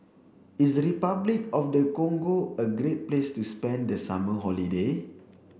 is Repuclic of the Congo a great place to spend the summer holiday